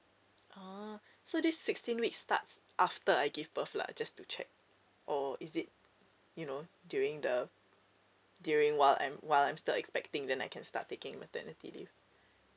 oh so this sixteen weeks starts after I give birth lah just to check or is it you know during the during while I'm while I'm still expecting then I can start taking maternity leave